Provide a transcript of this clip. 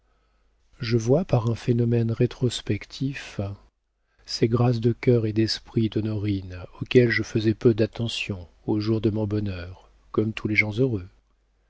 je vois par un phénomène rétrospectif ces grâces de cœur et d'esprit d'honorine auxquelles je faisais peu d'attention au jour de mon bonheur comme tous les gens heureux